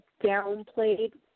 downplayed